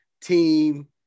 team